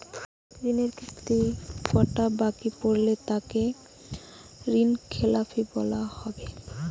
ঋণের কিস্তি কটা বাকি পড়লে তাকে ঋণখেলাপি বলা হবে?